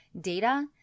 data